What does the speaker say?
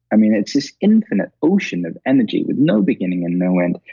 i mean, it's this infinite ocean of energy with no beginning and no end.